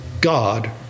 God